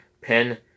pen